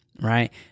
Right